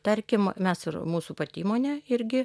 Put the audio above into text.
tarkim mes ir mūsų pat įmonė irgi